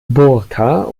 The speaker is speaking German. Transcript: burka